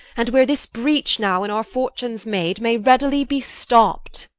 and where this breach now in our fortunes made may readily be stopt.